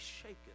shaken